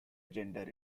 gender